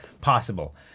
possible